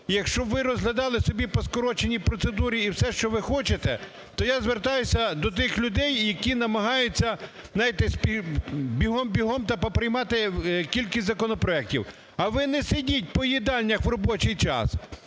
якщо б ви розглядали собі по скороченій процедурі, і все, що ви хочете, то я звертаюся до тих людей, які намагаються, знаєте, бігом-бігом та по приймати кількість законопроектів, а ви не сидіть по їдальнях у робочий час,